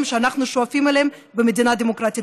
שאנחנו שואפים אליהם במדינה דמוקרטית.